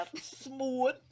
smooth